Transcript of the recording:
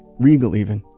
regal even.